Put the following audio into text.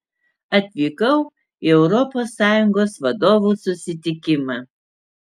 atvykau į europos sąjungos vadovų susitikimą